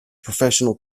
professional